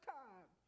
time